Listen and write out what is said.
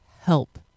help